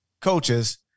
coaches